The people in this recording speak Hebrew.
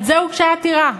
על זה הוגשה עתירה.